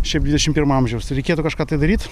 šiaip dvidešim pirmo amžiaus reikėtų kažką tai daryt